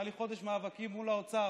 היה לי חודש מאבקים מול האוצר,